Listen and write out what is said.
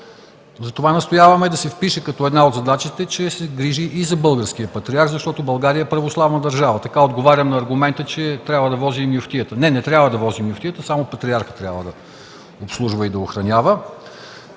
Затова настояваме да се впише като една от задачите, че се грижи и за българския патриарх, защото България е православна държава. Така отговарям на аргумента, че трябва да вози и мюфтията. Не, не трябва да вози мюфтията, само патриарха трябва да обслужва и да охранява.